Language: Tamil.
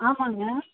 ஆமாங்க